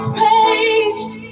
praise